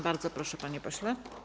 Bardzo proszę, panie pośle.